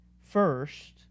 first